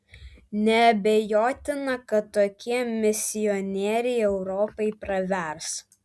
neabejotina kad tokie misionieriai europai pravers